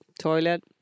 toilet